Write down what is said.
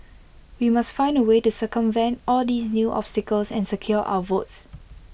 we must find A way to circumvent all these new obstacles and secure our votes